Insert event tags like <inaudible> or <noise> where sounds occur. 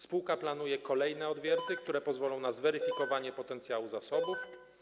Spółka planuje kolejne odwierty, <noise> które pozwolą na zweryfikowanie potencjału zasobów.